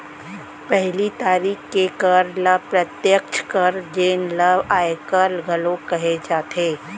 पहिली तरिका के कर ल प्रत्यक्छ कर जेन ल आयकर घलोक कहे जाथे